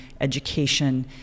education